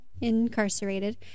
incarcerated